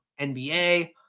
NBA